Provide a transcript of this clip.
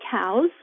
cows